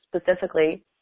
specifically